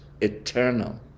eternal